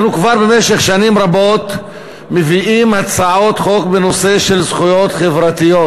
אנחנו כבר שנים רבות מביאים הצעות חוק בנושא של זכויות חברתיות.